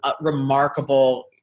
remarkable